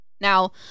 Now